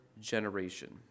generation